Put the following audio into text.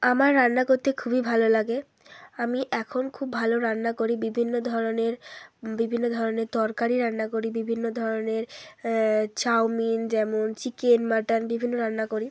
আমার রান্না করতে খুবই ভালো লাগে আমি এখন খুব ভালো রান্না করি বিভিন্ন ধরনের বিভিন্ন ধরনের তরকারি রান্না করি বিভিন্ন ধরনের চাউমিন যেমন চিকেন মাটন বিভিন্ন রান্না করি